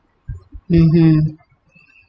mmhmm